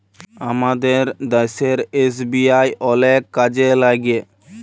আমাদের দ্যাশের এস.বি.আই অলেক কাজে ল্যাইগে